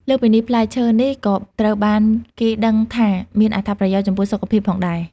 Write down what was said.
លើសពីនេះ ផ្លែឈើនេះក៏ត្រូវបានគេដឹងថាមានអត្ថប្រយោជន៍ចំពោះសុខភាពផងដែរ ។